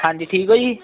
ਹਾਂਜੀ ਠੀਕ ਹੋ ਜੀ